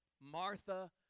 Martha